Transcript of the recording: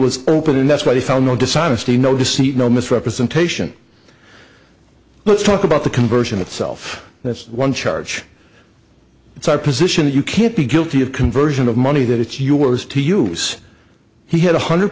was open and that's why they found no dishonesty no deceit no misrepresentation let's talk about the conversion itself that's one charge it's our position that you can't be guilty of conversion of money that it's yours to use he had a hundred